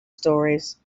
stories